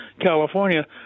California